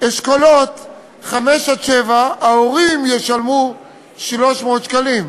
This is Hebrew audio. אשכולות 5 7, ההורים ישלמו 300 שקלים,